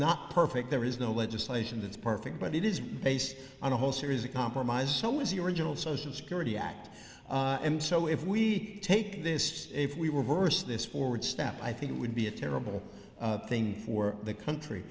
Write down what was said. not perfect there is no legislation that's perfect but it is based on a whole series of compromises so was the original social security act and so if we take this if we were worse this forward step i think it would be a terrible thing for the